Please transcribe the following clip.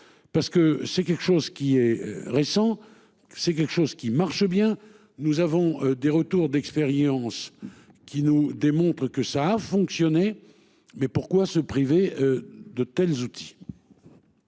Parce que c'est quelque chose qui est récent, c'est quelque chose qui marche bien, nous avons des retours d'expérience qui nous démontre que ça a fonctionné. Mais pourquoi se priver de tels outils.